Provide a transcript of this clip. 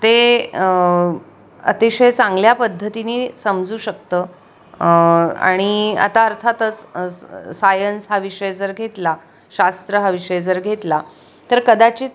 ते अतिशय चांगल्या पद्धतीनी समजू शकतं आणि आता अर्थातच स सायन्स हा विषय जर घेतला शास्त्र हा विषय जर घेतला तर कदाचित